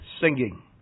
singing